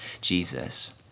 Jesus